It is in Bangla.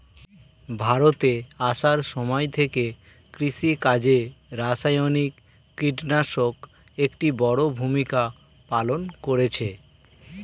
ভারতে আসার সময় থেকে কৃষিকাজে রাসায়নিক কিটনাশক একটি বড়ো ভূমিকা পালন করেছে